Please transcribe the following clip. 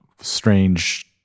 strange